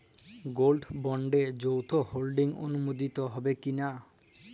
Gold বন্ডে যৌথ holding অনুমোদিত হবে কিনা?